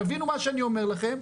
תבינו מה שאני אומר לכם.